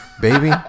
baby